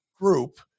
group